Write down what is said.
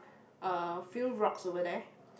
a few rocks over there